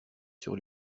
sur